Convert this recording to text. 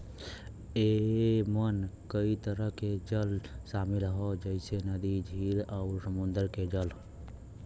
एमन कई तरह के जल शामिल हौ जइसे नदी, झील आउर समुंदर के जल